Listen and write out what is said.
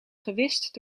gewist